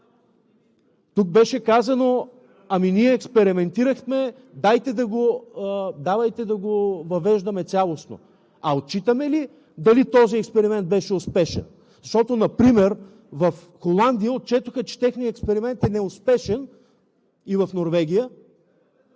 Тук беше казано: ами ние експериментирахме, давайте да го въвеждаме цялостно. А отчитаме ли дали този експеримент беше успешен? Защото например в Холандия отчетоха, че техният експеримент е неуспешен (реплики